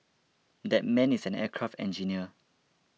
that man is an aircraft engineer